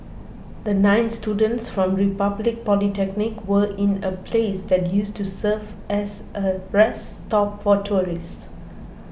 the nine students from Republic Polytechnic were in a place that used to serve as a rest stop for tourists